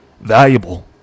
Valuable